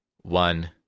one